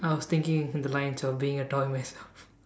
I was thinking the lines of being a toy myself